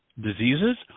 diseases